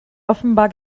offenbar